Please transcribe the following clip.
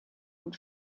und